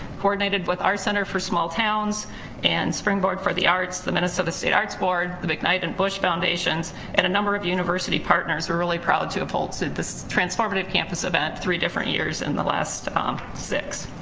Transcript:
coordinated with our center for small towns and springboard for the arts, the minnesota state arts board, the mcknight and bush foundations and a number of university partners, we're really proud to have hosted this transformative campus event three different years in the last six.